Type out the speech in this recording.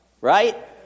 Right